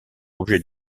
objet